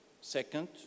Second